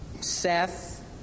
Seth